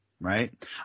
right